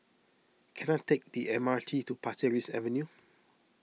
can I take the M R T to Pasir Ris Avenue